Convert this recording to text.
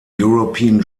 european